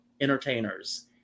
entertainers